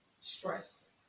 Stress